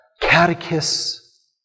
catechists